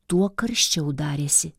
tuo karščiau darėsi